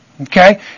Okay